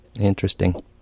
interesting